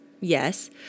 Yes